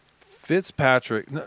Fitzpatrick